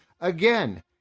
again